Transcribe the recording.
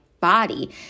body